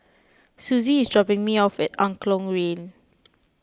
Suzie is dropping me off at Angklong Lane